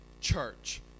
church